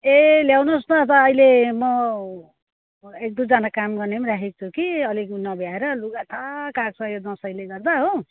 ए ल्याउनु होस् न त अहिले म एक दुइजना काम गर्ने राखेको छु कि अलिक नभ्याएर लुगा थाक आएको छ यो दसैँले गर्दा हो